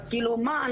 אז כאילו מה,